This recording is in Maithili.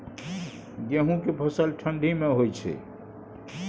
गेहूं के फसल ठंडी मे होय छै?